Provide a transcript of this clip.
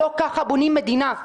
לא כך בונים מדינה.